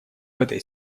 этой